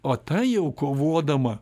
o ta jau kovodama